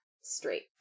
Straight